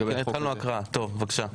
התחלנו הקראה, טוב בבקשה.